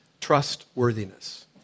trustworthiness